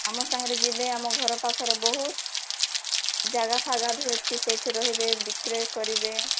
ଆମ ସାଙ୍ଗେରେ ଯିବେ ଆମ ଘର ପାଖେରେ ବହୁତ ଜାଗା ଫାଗା ବି ଅଛି ସେଇଠି ରହିବେ ବିକ୍ରୟ କରିବେ